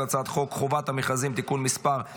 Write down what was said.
הצעת חוק חובת המכרזים (תיקון מס' 26),